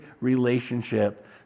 relationship